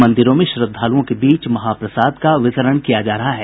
मंदिरों में श्रद्धालुओं के बीच महाप्रसाद का वितरण किया जा रहा है